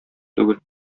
түгел